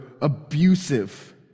abusive